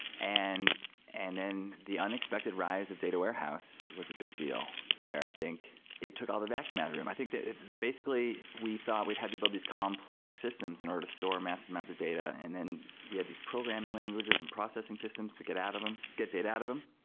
and and then the unexpected rise of data warehouse was a big deal, where i think it took all the vacuum i think that basically we thought we'd had to build this complex systems in order to store massive amounts of data and then we had these programming languages and processing systems to get out of them, get data out of them.